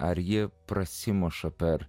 ar ji prasimuša per